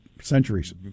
centuries